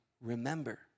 remember